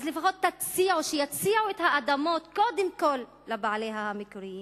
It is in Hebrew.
אז לפחות שיציעו את האדמות קודם כול לבעליהן המקוריים.